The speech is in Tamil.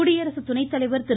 குடியரசு துணைத்தலைவர் திரு